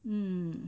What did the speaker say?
mm